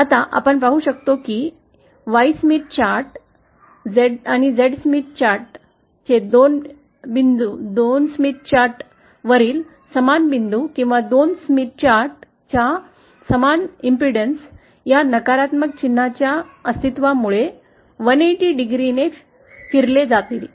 आता आपण पाहू शकतो की Yस्मिथ चार्ट आणि Z Smith chart Z Smith chart वरील समान बिंदू किंवा 2स्मिथ चार्ट च्या समान प्रतिरोध या नकारात्मक चिन्हाच्या अस्तित्वामुळे 180° ने फिरविले जातील